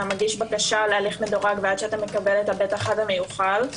מגיש בקשה להליך מדורג ועד שאתה מקבל את ה-ב'1 המיוחל.